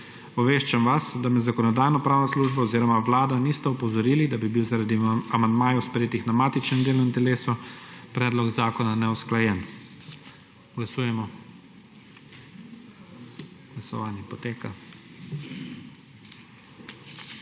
Obveščam vas, da me Zakonodajno-pravna služba oziroma Vlada niste opozorili, da bi bil zaradi amandmajev, sprejetih na matičnem delovnem telesu, predlog zakona neusklajen. Glasujemo. Navzočih